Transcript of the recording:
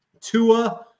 Tua